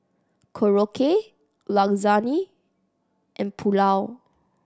Korokke Lasagne and Pulao